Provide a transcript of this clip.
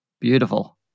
Beautiful